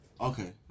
Okay